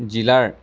জিলাৰ